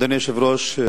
אדוני היושב-ראש,